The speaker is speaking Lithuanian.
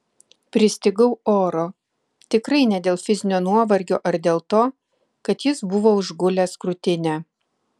pristigau oro tikrai ne dėl fizinio nuovargio ar dėl to kad jis buvo užgulęs krūtinę